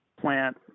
plant